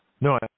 No